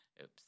Oops